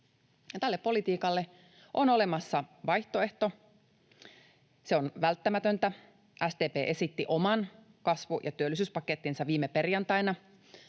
Tälle politiikalle on olemassa vaihtoehto. Se on välttämätöntä. SDP esitti oman kasvu- ja työllisyyspakettinsa viime perjantaina,